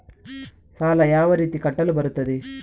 ಸಾಲ ಯಾವ ರೀತಿ ಕಟ್ಟಲು ಬರುತ್ತದೆ?